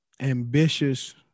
ambitious